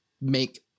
Make